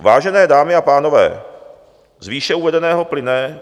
Vážené dámy a pánové, z výše uvedeného plyne...